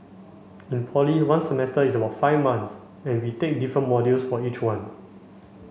in poly one semester is about five months and we take different modules for each one